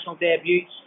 debuts